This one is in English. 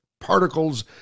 particles